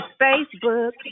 Facebook